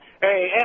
Hey